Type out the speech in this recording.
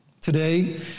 Today